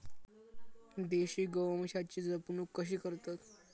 देशी गोवंशाची जपणूक कशी करतत?